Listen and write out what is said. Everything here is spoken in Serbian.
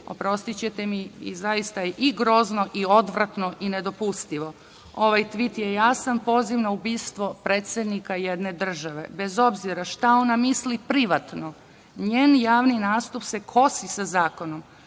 oprostićete mi, zaista je i grozno i odvratno i nedopustivo. Ovaj tvit je jasan poziv na ubistvo predsednika jedne države, bez obzira šta ona misli privatno, njeni javni nastup se kosi sa zakonom.